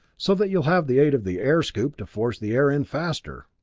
so that you'll have the aid of the air scoop to force the air in faster.